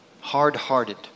Hard-hearted